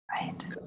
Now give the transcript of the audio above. Right